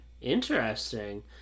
interesting